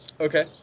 Okay